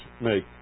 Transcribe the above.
make